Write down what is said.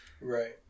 Right